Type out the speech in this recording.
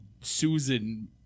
Susan